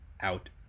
out